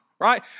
right